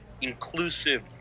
inclusive